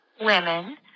women